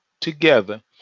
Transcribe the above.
together